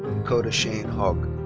dakota shane hogg.